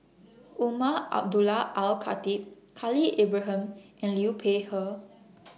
Umar Abdullah Al Khatib Khalil Ibrahim and Liu Peihe